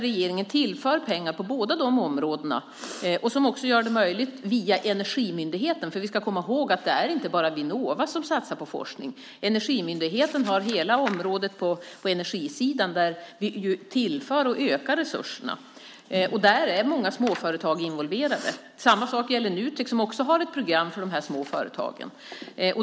Regeringen tillför pengar på båda de områdena och gör det också möjligt via Energimyndigheten. Vi ska komma ihåg att det inte bara är Vinnova som satsar på forskning. Energimyndigheten har hela området på energisidan där vi tillför och ökar resurserna. Där är många småföretag involverade. Samma sak gäller Nutek som också har ett program för småföretag.